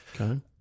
Okay